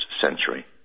Century